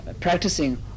practicing